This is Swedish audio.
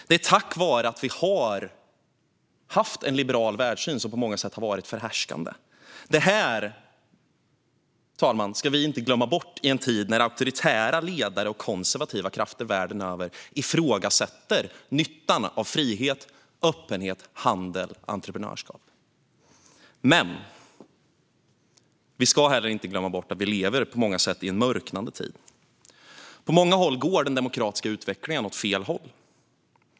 Det är tack vare att vi har haft en liberal världssyn som på många sätt har varit förhärskande. Fru talman! Det ska vi inte glömma bort i en tid när auktoritära ledare och konservativa krafter världen över ifrågasätter nyttan av frihet, öppenhet, handel och entreprenörskap. Men vi ska heller inte glömma bort att vi på många sätt lever i en mörknande tid. På många håll går den demokratiska utvecklingen åt fel håll.